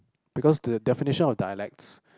because the definition of dialects